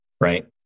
right